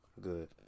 Good